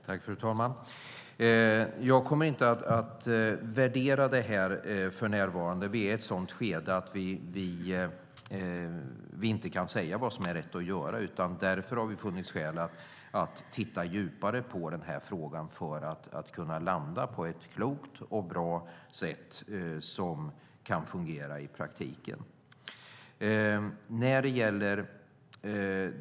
Fru talman! Jag kommer inte att värdera det här nu. Vi är i ett skede då vi inte kan säga vad som är rätt att göra. Därför har det funnits skäl att titta djupare på frågan för att vi ska landa på ett klokt sätt som kan fungera i praktiken.